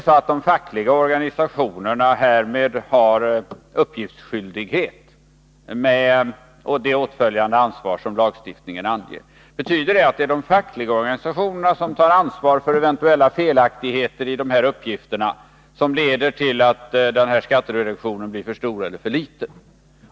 Har de fackliga organisationerna härmed uppgiftsskyldighet, med det åtföljande ansvar som lagstiftningen anger? Betyder det att det är de fackliga organisationerna som tar ansvar för eventuella felaktigheter i uppgifterna som kan leda till att skattereduktionen blir för stor eller för liten?